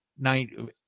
nine